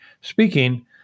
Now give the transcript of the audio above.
speaking